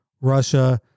Russia